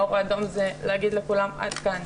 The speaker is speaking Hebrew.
האור האדום הוא להגיד לכולם: עד כאן,